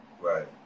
Right